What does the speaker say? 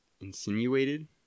Insinuated